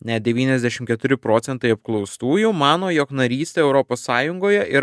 net devyniasdešim keturi procentai apklaustųjų mano jog narystė europos sąjungoje ir